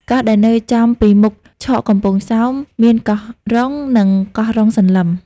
កោះដែលនៅចំពីមុខឆកកំពង់សោម មានកោះរ៉ុង់ និងកោះរ៉ុង់សន្លឹម ។